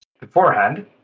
beforehand